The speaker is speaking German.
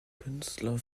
künstler